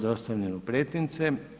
dostavljen u pretince.